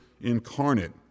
incarnate